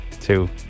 two